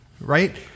right